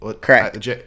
correct